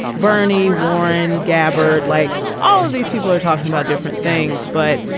bernie warren gabbert, like all of these people are talking about different things, but